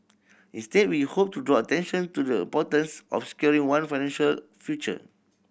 instead we hoped to draw attention to the importance of securing one financial future